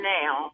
now